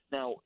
Now